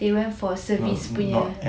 they went for service punya